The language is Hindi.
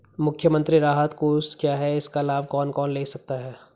मुख्यमंत्री राहत कोष क्या है इसका लाभ कौन कौन ले सकता है?